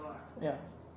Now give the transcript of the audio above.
ya